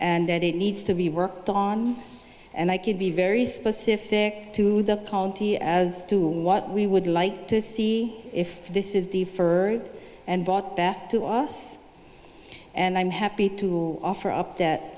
and that it needs to be worked on and i could be very specific to the county as to what we would like to see if this is the fur and brought that to us and i'm happy to offer up that